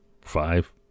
five